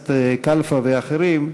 הכנסת כלפה ואחרים,